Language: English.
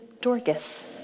Dorcas